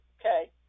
Okay